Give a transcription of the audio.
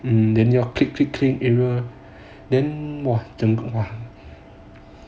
and then you click click click then !wah!